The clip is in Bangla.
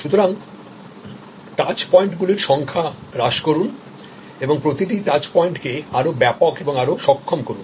সুতরাং টাচ পয়েন্টগুলির সংখ্যা হ্রাস করুন এবং প্রতিটি টাচ পয়েন্টকে আরও ব্যাপক এবং আরও সক্ষম করুন